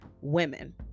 women